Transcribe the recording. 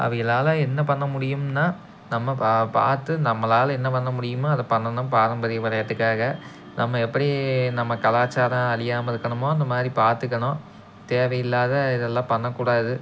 அவிகளால் என்ன பண்ண முடியும்ன்னால் நம்ம பா பார்த்து நம்மளால் என்ன பண்ண முடியுமோ அதை பண்ணணும் பாரம்பரிய விளையாட்டுக்காக நம்ம எப்படி நம்ம கலாச்சாரம் அழியாம இருக்கணுமோ அந்தமாதிரி பார்த்துக்கணும் தேவையில்லாத இதெல்லாம் பண்ணக்கூடாது